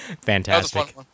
Fantastic